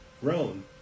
grown